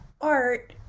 art